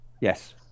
Yes